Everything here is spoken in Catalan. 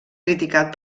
criticat